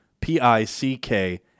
p-i-c-k